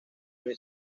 new